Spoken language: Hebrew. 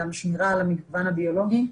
גם שמירה על המגוון הביולוגי,